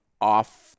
Off